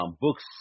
Books